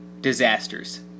disasters